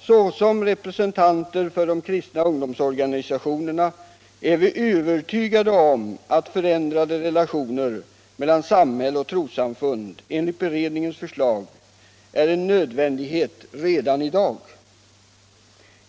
”Såsom representanter för de kristna ungdomsorganisationerna är vi övertygade om att förändrade relationer mellan samhälle och trossamfund enligt beredningens förslag är en nödvändighet redan i dag.